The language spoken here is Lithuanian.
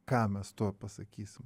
ką mes tuo pasakysim